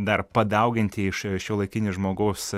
dar padauginti iš šiuolaikinio žmogaus